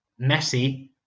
Messi